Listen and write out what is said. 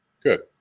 Good